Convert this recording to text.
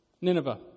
Nineveh